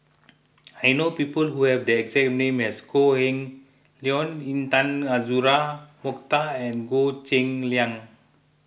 I know people who have the exact name as Kok Heng Leun Intan Azura Mokhtar and Goh Cheng Liang